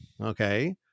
okay